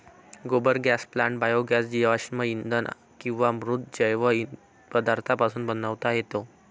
गोबर gas plant biogas जीवाश्म इंधन किंवा मृत जैव पदार्थांपासून बनवता येतो